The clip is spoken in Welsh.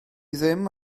ddim